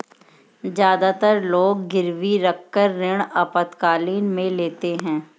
ज्यादातर लोग गिरवी रखकर ऋण आपातकालीन में लेते है